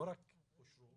לא רק אושרו.